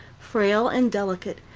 frail and delicate,